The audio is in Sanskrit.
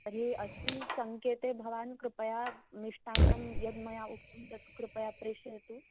तर्हि अस्मिन् सङ्केते भवान् कृपया मिष्टान्नं यद् मया उक्तं तत् कृपया प्रेषयतु